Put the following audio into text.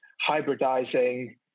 hybridizing